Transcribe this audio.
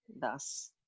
thus